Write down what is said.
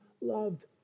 loved